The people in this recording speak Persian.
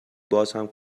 بازهم